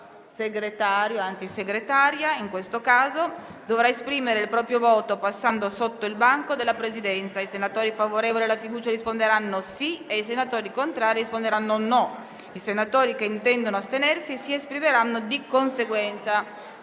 senatrice Segretaria dovrà esprimere il proprio voto passando innanzi al banco della Presidenza. I senatori favorevoli alla fiducia risponderanno sì; i senatori contrari risponderanno no; i senatori che intendono astenersi si esprimeranno di conseguenza.